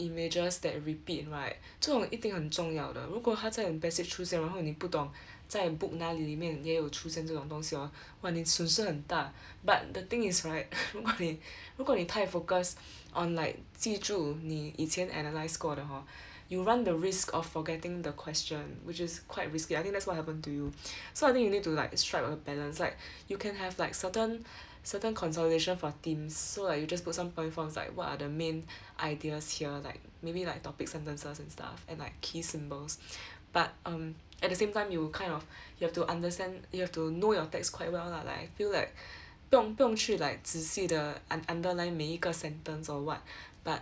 images that repeat right 做一定要很重要的如果他在你 passage 出现然后你不懂 在 book 哪里里面也有出现这种东西 hor 哇你损失很大 but the thing is right 么你 如果你太 focused on like 记住你以前 analyse 过的 hor you run the risk of forgetting the question which is quite risky I think that's what happened to you so I think you need to like strike a balance like you can have like certain certain consolidation for themes so like you just put some point forms like what are the main ideas here like maybe like topic sentences and stuff and like key symbols but um at the same time you'll kind of you've to understand you have to know your text quite well lah like I feel like 不用不用去 like 仔细的 un~ underline 每一个 sentence or what but